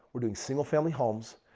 we're doing single-family homes,